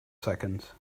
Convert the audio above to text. seconds